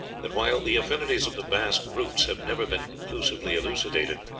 that while the affinities of the basque roots have never been conclusively elucidated,